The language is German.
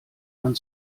man